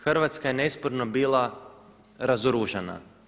Hrvatska je nesporno bila razoružana.